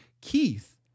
Keith